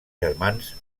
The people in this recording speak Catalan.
germans